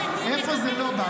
איפה זה לא בא.